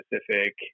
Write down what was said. specific